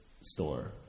store